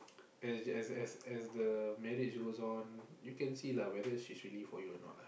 as as as as the marriage goes on you can see lah whether she's really for you or not lah